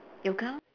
yoga